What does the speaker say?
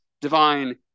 divine